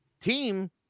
team